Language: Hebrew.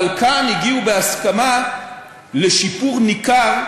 וכאן הגיעו בהסכמה לשיפור ניכר,